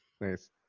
Nice